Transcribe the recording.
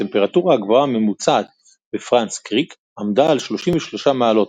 הטמפרטורה הגבוהה הממוצעת בפרנס קריק עמדה על 33 מעלות,